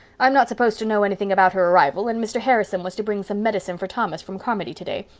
i'm not supposed to know anything about her arrival, and mr. harrison was to bring some medicine for thomas from carmody today,